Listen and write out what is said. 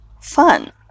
fun